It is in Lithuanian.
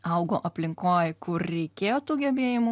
augo aplinkoj kur reikėjo tų gebėjimų